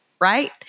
right